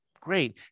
Great